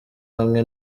hamwe